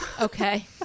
Okay